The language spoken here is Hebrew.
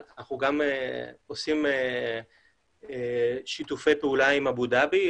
אנחנו גם עושים שיתופי פעולה עם אבו דאבי,